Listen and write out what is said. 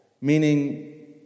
meaning